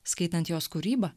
skaitant jos kūrybą